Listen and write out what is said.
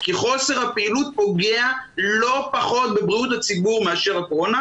כי חוסר הפעילות פוגע לא פחות בבריאות הציבור מאשר הקורונה.